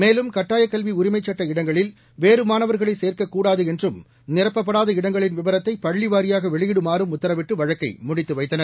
மேலும் கட்டாயக் கல்வி உரிமைச் சுட்ட இடங்களில் வேறு மாணவர்களை சேர்க்கக்கூடாது என்றும் நிரப்பப்படாத இடங்களின் விவரத்தை பள்ளி வாரியாக வெளியிடுமாறும் உத்தரவிட்டு வழக்கை முடித்து வைத்தனர்